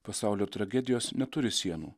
pasaulio tragedijos neturi sienų